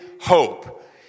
hope